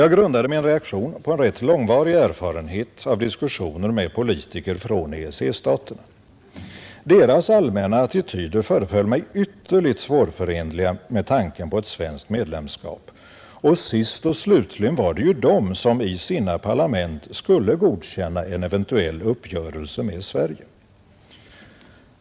Jag grundade min reaktion på en rätt långvarig erfarenhet av diskussioner med politiker från EEC-staterna. Deras allmänna attityder föreföll mig ytterligt svårförenliga med tanken på svenskt medlemskap, och sist och slutligen var det ju de som i sina parlament skulle godkänna en eventuell uppgörelse med Sverige.